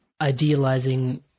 idealizing